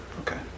Okay